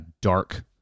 Dark